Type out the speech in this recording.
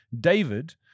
David